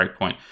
breakpoint